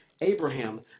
Abraham